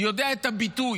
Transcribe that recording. יודע את הביטוי,